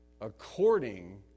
according